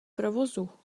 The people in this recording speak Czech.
provozu